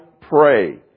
Pray